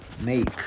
make